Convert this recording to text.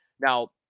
Now